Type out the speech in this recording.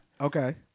Okay